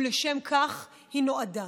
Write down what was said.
ולשם כך היא נועדה.